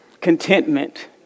Contentment